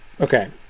Okay